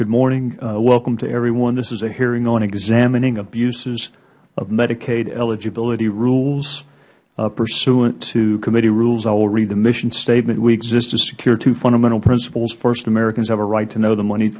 good morning welcome to everyone this is a hearing on examining abuses of medicaid eligibility rules pursuant to committee rules i will read the mission statement we exist to secure two fundamental principles first americans have a right to know the money